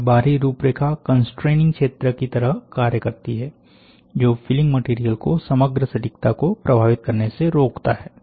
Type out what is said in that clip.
यह बाहरी रूपरेखा कंस्ट्रेनिंग क्षेत्र की तरह कार्य करती है जो फिलिंग मटेरियल को समग्र सटीकता को प्रभावित करने से रोकता है